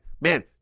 man